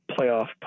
playoff